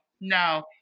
no